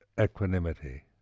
equanimity